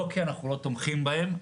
לא כי אנחנו לא תומכים בהם,